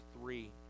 three